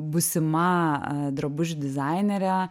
būsima drabužių dizainerė